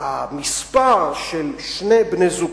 המספר של שני בני-זוג,